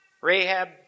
Rahab